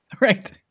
Right